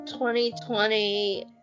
2020